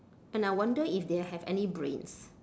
and I wonder if they have any brains